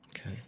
okay